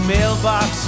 mailbox